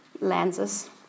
lenses